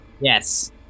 Yes